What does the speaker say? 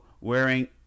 wearing